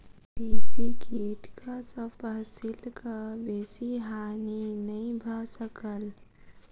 कृषि कीटक सॅ फसिलक बेसी हानि नै भ सकल